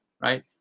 right